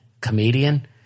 comedian